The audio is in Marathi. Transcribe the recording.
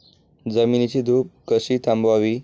जमिनीची धूप कशी थांबवावी?